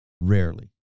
Rarely